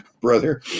brother